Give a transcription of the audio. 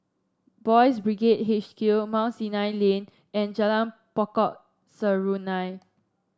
Boys' Brigade H Q Mount Sinai Lane and Jalan Pokok Serunai